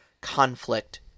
conflict